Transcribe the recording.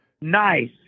nice